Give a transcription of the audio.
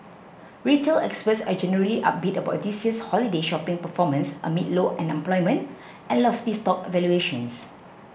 retail experts are generally upbeat about this year's holiday shopping performance amid low unemployment and lofty stock valuations